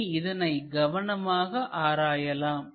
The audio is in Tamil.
இனி இதனை கவனமாக ஆராயலாம்